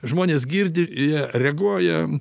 žmonės girdi jie reaguoja